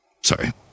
Sorry